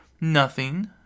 Nothing